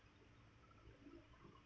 true